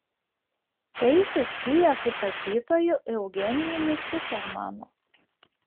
tai susiję su tapytoju eugenijumi cukermanu